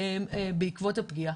בעקבות הפגיעה.